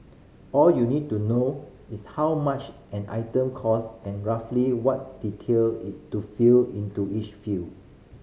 all you need to know is how much an item cost and roughly what detail to fill into each field